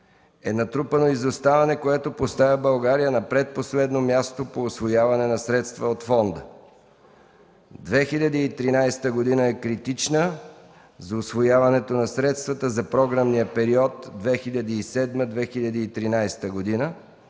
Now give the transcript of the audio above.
е натрупано изоставане, което поставя България на предпоследно място по усвояване на средствата от фонда; - 2013 г. е критична за усвояването на средствата за програмния период 2007-2013 г.